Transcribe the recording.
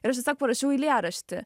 ir aš tiesiog parašiau eilėraštį